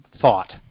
thought